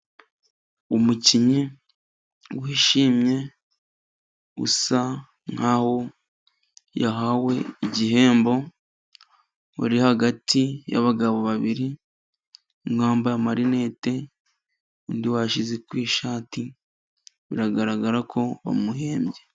Umukinnyi wishimye, usa nk'aho yahawe igihembo, uri hagati yabagabo babiri, umwe wambaye amarinete, undi wayashyize ku ishati, biragaragara ko bamuhembye.